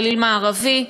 בגליל המערבי.